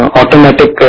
automatic